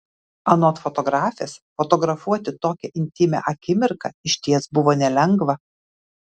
anot fotografės fotografuoti tokią intymią akimirką išties buvo nelengva